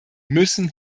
müssen